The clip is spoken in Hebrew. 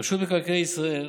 רשות מקרקעי ישראל,